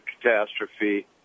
catastrophe